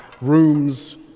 rooms